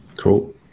Cool